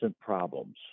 problems